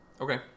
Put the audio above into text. Okay